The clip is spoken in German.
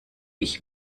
ich